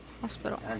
Hospital